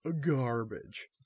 garbage